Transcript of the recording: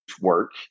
work